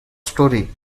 story